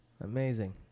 Amazing